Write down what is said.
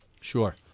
sure